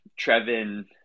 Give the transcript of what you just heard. Trevin